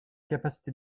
capacité